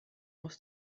aus